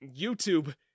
YouTube